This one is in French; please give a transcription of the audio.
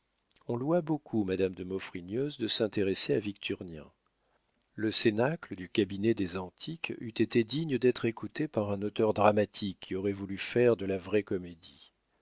on loua beaucoup madame de maufrigneuse de s'intéresser à victurnien le cénacle du cabinet des antiques eût été digne d'être écouté par un auteur dramatique qui aurait voulu faire de la vraie comédie